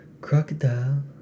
Crocodile